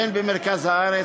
הן במרכז הארץ,